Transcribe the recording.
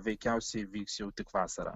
veikiausiai vyks jau tik vasarą